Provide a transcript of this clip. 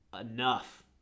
enough